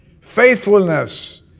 Faithfulness